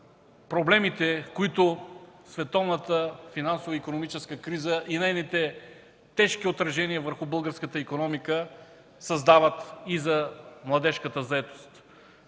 проблемите, които световната финансово-икономическа криза и нейните тежки отражения върху българската икономика създават и за младежката заетост.